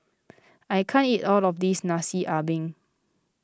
I can't eat all of this Nasi Ambeng